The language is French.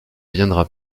viendra